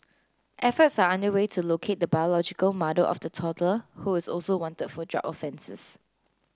efforts are underway to locate the biological mother of the toddler who is also wanted for drug offences